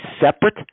separate